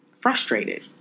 frustrated